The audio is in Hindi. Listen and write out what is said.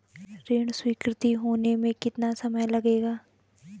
ऋण स्वीकृति होने में कितना समय लगेगा?